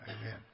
Amen